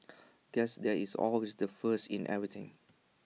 guess there is always the first in everything